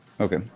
okay